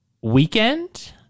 weekend